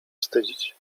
wstydzić